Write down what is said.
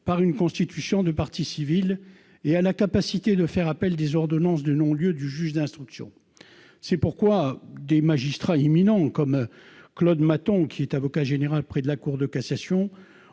par une constitution de partie civile et a la capacité de faire appel des ordonnances de non-lieu du juge d'instruction. C'est pourquoi des magistrats éminents, comme Claude Mathon, avocat général près la Cour de cassation,